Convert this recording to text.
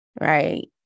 right